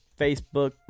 Facebook